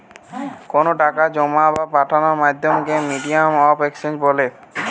কোনো টাকা জোমা বা পাঠানোর মাধ্যমকে মিডিয়াম অফ এক্সচেঞ্জ বলে